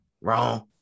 wrong